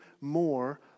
more